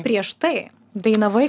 prieš tai dainavai